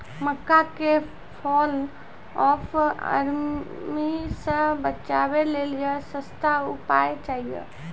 मक्का के fall of army से बचाबै लेली सस्ता उपाय चाहिए?